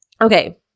Okay